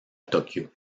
tokyo